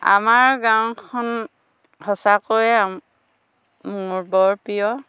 আমাৰ গাঁওখন সঁচাকৈয়ে মোৰ বৰ প্ৰিয়